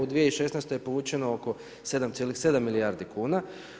U 2016. je povučeno ok 7,7 milijardi kuna.